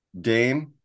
Dame